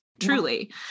truly